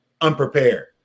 unprepared